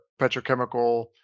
petrochemical